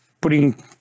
putting